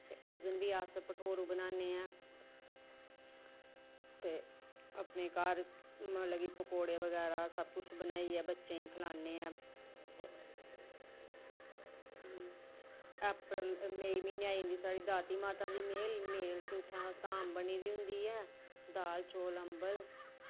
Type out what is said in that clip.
ते उस दिन बी अस भठोरू बनान्ने आं ते अपने घर मतलब कि पकौड़े बगैरा सबकुछ बनाइयै ते बच्चें गी खलान्ने आं मई म्हीनै आई जंदी साढ़ी दाती माता दी मेल ते मेल च अस धाम बनी दी होंदी ऐ दाल चौल अम्बल